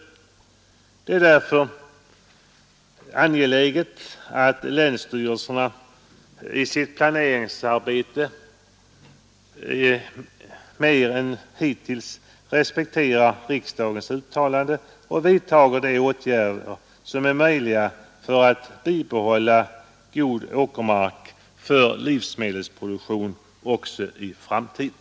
Det är därför angeläget att länsstyrelserna i sitt planeringsarbete mer än hittills respekterar riksdagens uttalande och vidtar de åtgärder som är möjliga för att behålla god åkermark för livsmedelsproduktionen också i framtiden.